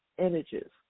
images